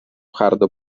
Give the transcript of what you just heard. hardo